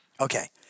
Okay